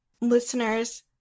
Listeners